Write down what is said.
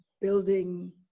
building